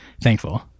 thankful